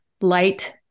Light